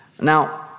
Now